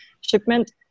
shipment